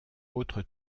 autre